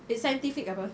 it's scientific apa